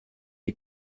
the